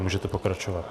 Můžete pokračovat.